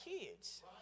kids